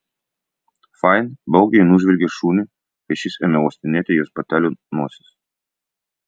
fain baugiai nužvelgė šunį kai šis ėmė uostinėti jos batelių nosis